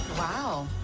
wow.